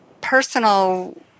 personal